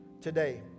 today